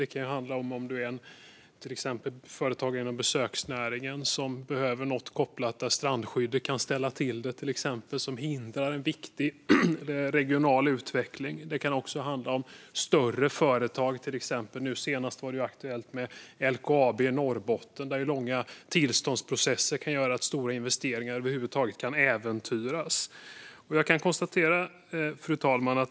Det kan handla om företagare inom besöksnäringen som behöver något där strandskyddet kan ställa till det och hindrar viktig regional utveckling. Det kan också handla om större företag - nu senast var det LKAB i Norrbotten. Långa tillståndsprocesser kan göra att stora investeringar äventyras. Fru talman!